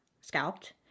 scalped